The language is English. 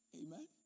Amen